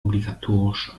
obligatorisch